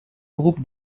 groupe